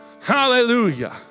Hallelujah